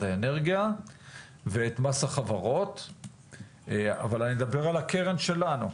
האנרגיה ואת מס החברות אבל אני מדבר על הקרן שלנו.